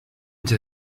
into